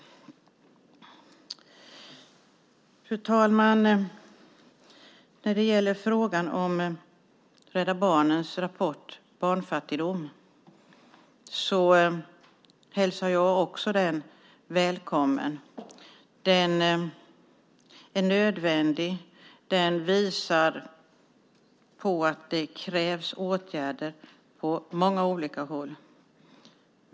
Fru talman! När det gäller Rädda Barnens rapport Barnfattigdom hälsar jag också den välkommen. Den är nödvändig och visar att det krävs åtgärder på många olika håll.